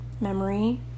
memory